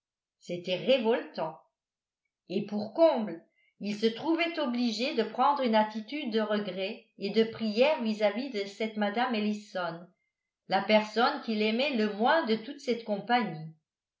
c'était révoltant et pour comble il se trouvait obligé de prendre une attitude de regret et de prière vis-à-vis de cette mme ellison la personne qu'il aimait le moins de toute cette compagnie